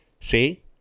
See